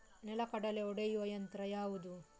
ನೆಲಗಡಲೆ ಒಡೆಯುವ ಯಂತ್ರ ಯಾವುದು?